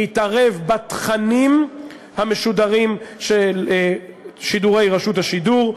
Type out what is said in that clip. להתערב בתכנים המשודרים של שידורי רשות השידור.